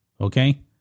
Okay